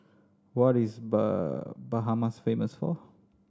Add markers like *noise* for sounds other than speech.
what is *unintelligible* Bahamas famous for